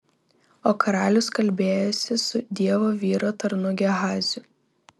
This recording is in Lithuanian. o karalius kalbėjosi su dievo vyro tarnu gehaziu